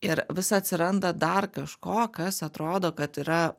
ir vis atsiranda dar kažko kas atrodo kad yra